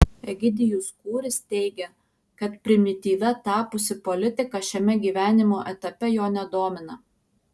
egidijus kūris teigia kad primityvia tapusi politika šiame gyvenimo etape jo nedomina